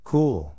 Cool